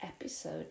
episode